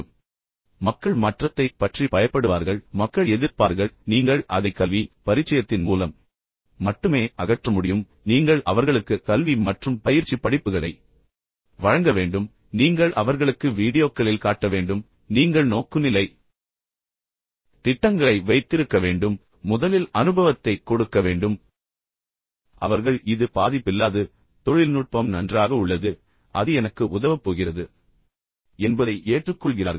இப்போது மக்கள் மாற்றத்தைப் பற்றி பயப்படுவார்கள் மக்கள் எதிர்ப்பார்கள் இப்போது நீங்கள் அதை கல்வி மற்றும் பரிச்சயத்தின் மூலம் மட்டுமே அகற்ற முடியும் நீங்கள் அவர்களுக்கு கல்வி கற்பிக்க வேண்டும் நீங்கள் அவர்களுக்கு பயிற்சி படிப்புகளை வழங்க வேண்டும் நீங்கள் அவர்களுக்கு வீடியோக்களில் காட்ட வேண்டும் நீங்கள் நோக்குநிலை திட்டங்களை வைத்திருக்க வேண்டும் நீங்கள் அவர்களுக்குக் காட்ட வேண்டும் அவர்களுக்கு தெரிய வேண்டும் அவர்களுக்கு முதலில் அனுபவத்தைக் கொடுக்க வேண்டும் பின்னர் அவர்கள் இது பாதிப்பில்லாதது தொழில்நுட்பம் நன்றாக உள்ளது அது எனக்கு உதவப் போகிறது என்பதை ஏற்றுக்கொள்கிறார்கள்